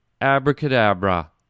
Abracadabra